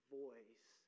voice